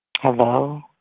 Hello